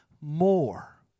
more